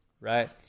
right